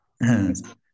Yes